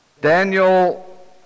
Daniel